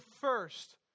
first